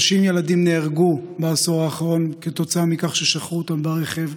30 ילדים נהרגו בעשור האחרון כתוצאה מכך ששכחו אותם ברכב.